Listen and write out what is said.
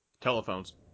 Telephones